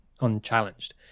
unchallenged